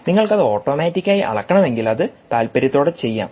നിങ്ങൾക്കത് ഓട്ടോമാറ്റിക്കായി അളക്കണമെങ്കിൽ അത് താൽപര്യത്തോടെ ചെയ്യാം